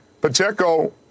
Pacheco